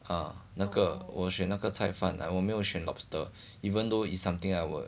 啊那个我选那个菜饭我没有选 lobster even though it's something I will